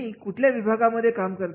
तुम्ही कुठल्या विभागामध्ये काम करता